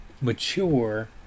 mature